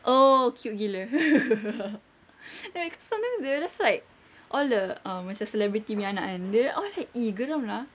oh cute gila ya cause sometimes they will just like all the um macam celebrity punya anak kan they all like !ee! geram lah